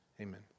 Amen